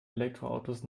elektroautos